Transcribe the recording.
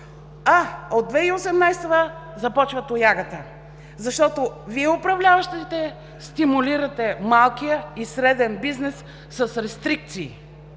а от 2018 г. започва „тоягата“. Защото Вие управляващите стимулирате малкия и среден бизнес с рестрикции.